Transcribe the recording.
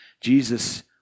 Jesus